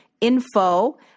info